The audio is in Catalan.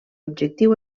objectiu